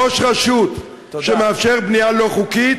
ראש רשות שמאפשר בנייה לא חוקית,